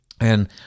and-